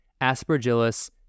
aspergillus